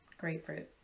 grapefruit